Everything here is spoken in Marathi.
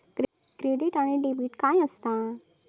क्रेडिट आणि डेबिट काय असता?